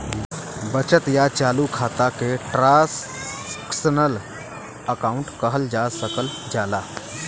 बचत या चालू खाता के ट्रांसक्शनल अकाउंट कहल जा सकल जाला